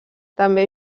també